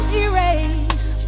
erase